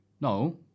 No